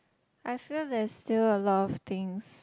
I feel there's still a lot of things